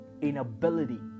inability